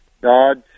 dodge